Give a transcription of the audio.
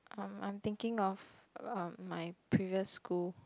um I'm thinking of um my previous school